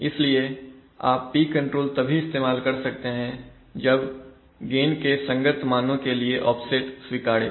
इसलिए आप P control तभी इस्तेमाल कर सकते हैं जब गेन के संगत मानों के लिए ऑफसेट स्वीकार्य हो